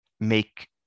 make